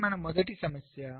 ఇది మన మొదటి సమస్య